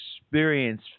experience